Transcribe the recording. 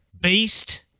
Beast